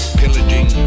pillaging